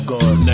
God